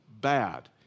bad